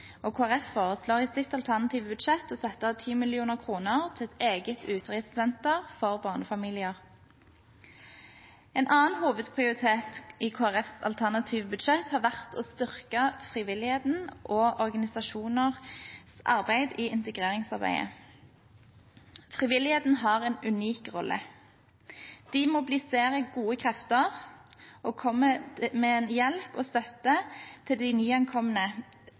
og Kristelig Folkeparti foreslår i sitt alternative budsjett å sette av 10 mill. kr til et eget utreisesenter for barnefamilier. En annen hovedprioritet i Kristelig Folkepartis alternative budsjett har vært å styrke frivilligheten og organisasjoners arbeid i integreringsarbeidet. Frivilligheten har en unik rolle. De mobiliserer gode krefter og kommer med hjelp og støtte til de